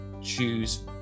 choose